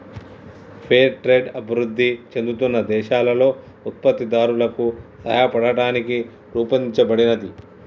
fair trade అభివృద్ధి చెందుతున్న దేశాలలో ఉత్పత్తిదారులకు సాయపడటానికి రూపొందించబడినది